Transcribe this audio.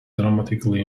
dramatically